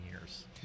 years